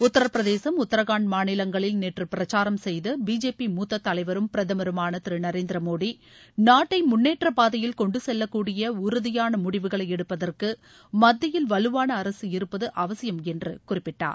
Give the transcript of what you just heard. உத்தரப்பிரதேசம் உத்தரகான்ட் மாநிலங்களில் நேற்று பிரச்சாரம் செய்த பிஜேபி மூத்த தலைவரும் பிரதமருமான திரு நரேந்திர மோடி நாட்டை முன்னேற்றப்பாதையில் கொண்டு செல்லக்கூடிய உறுதியான முடிவுகளை எடுப்பதற்கு மத்தியில் வலுவான அரசு இருப்பது அவசியம் என்று குறிப்பிட்டார்